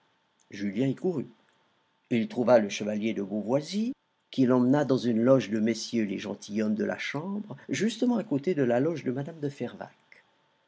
julien y courut il trouva le chevalier de beauvoisis qui l'emmena dans une loge de messieurs les gentilshommes de la chambre justement à côté de la loge de mme de fervaques